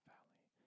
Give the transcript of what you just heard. Valley